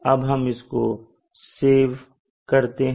अब हम इसको सेव करते हैं